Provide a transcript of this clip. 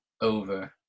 over